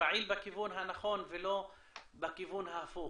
ופעיל בכיוון הנכון ולא בכיוון ההפוך,